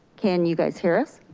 can you guys hear us?